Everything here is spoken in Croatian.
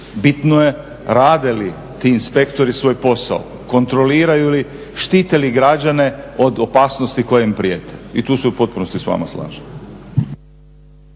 bitno je rade li ti inspektori svoj posao, kontroliraju li, štite li građane od opasnosti koje im prijete i tu se u potpunosti s vama slažem.